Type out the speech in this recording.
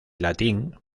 latín